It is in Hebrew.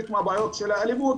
חלק מהבעיות של האלימות,